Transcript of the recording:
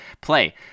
play